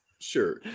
Sure